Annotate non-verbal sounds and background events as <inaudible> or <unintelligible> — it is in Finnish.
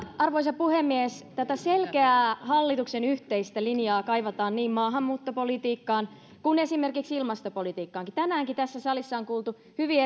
arvoisa puhemies tätä selkeää hallituksen yhteistä linjaa kaivataan niin maahanmuuttopolitiikkaan kuin esimerkiksi ilmastopolitiikkaankin tänäänkin tässä salissa on kuultu hyvin <unintelligible>